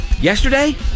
yesterday